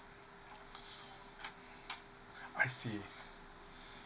I see